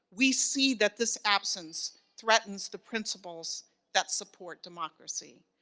we see that this absence threatens the principles that support democracy.